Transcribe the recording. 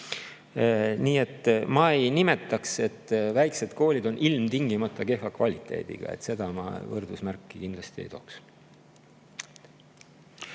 Nii et ma ei ütleks, et väikesed koolid on ilmtingimata kehva kvaliteediga, seda võrdusmärki ma kindlasti ei paneks.